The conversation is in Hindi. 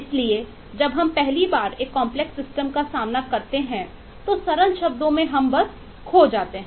इसलिए जब हम पहली बार एक कॉम्प्लेक्स सिस्टम का सामना करते हैं तो सरल शब्दों में हम बस खो जाते हैं